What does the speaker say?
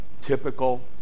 typical